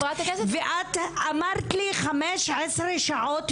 את אמרת לי 15 שעות למינימום.